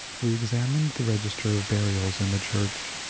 we examined the regis ter of burials in the church,